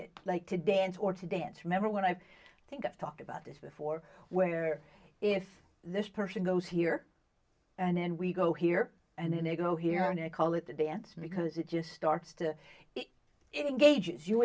to like to dance or to dance remember when i think i've talked about this before where if this person goes here and then we go here and in a go here and there call it the dance because it just starts to engage is you